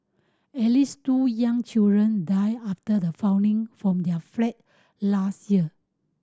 at least two young children died after the falling from their flat last year